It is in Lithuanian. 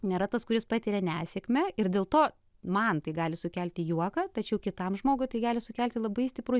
nėra tas kuris patiria nesėkmę ir dėl to man tai gali sukelti juoką tačiau kitam žmogui tai gali sukelti labai stiprų